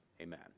Amen